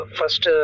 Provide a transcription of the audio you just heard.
first